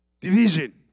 Division